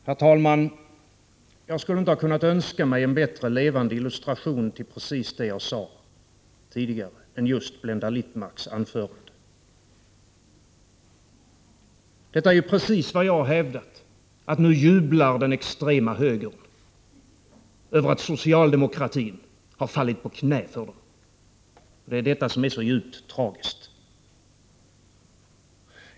Herr talman! Jag skulle inte ha kunnat önska mig en bättre levande illustration till det jag sade tidigare än just Blenda Littmarcks anförande. Detta är precis vad jag har hävdat: Nu jublar den extrema högern över att socialdemokratin har fallit på knä för den. Det är detta som är så djupt tragiskt.